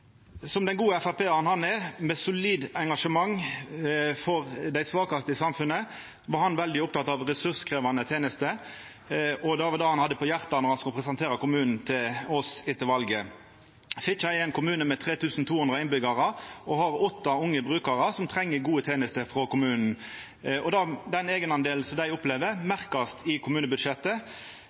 Som den gode FrP-aren han er, med solid engasjement for dei svakaste i samfunnet, var han veldig oppteken av ressurskrevjande tenester. Det var det han hadde på hjartet då han skulle presentera kommunane til oss etter valet. Fitjar er ein kommune med 3 200 innbyggjarar og har åtte unge brukarar som treng gode tenester frå kommunen. Den eigendelen som dei opplever, merkar ein i kommunebudsjettet.